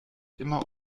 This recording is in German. immer